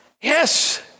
Yes